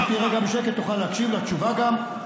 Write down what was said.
תרשה לי,